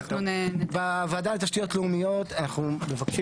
בוועדה לתשתיות לאומיות אנחנו מבקשים